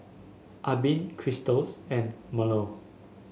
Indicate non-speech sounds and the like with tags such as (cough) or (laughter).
Albin Krystals and (unintelligible)